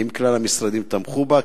2. האם כלל המשרדים תמכו בה?